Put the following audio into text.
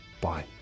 Bye